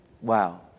Wow